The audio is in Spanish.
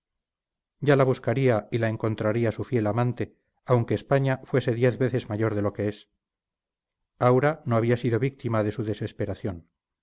ya la buscaría y la encontraría su fiel amante aunque españa fuese diez veces mayor de lo que es aura no había sido víctima de su desesperación